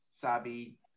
Sabi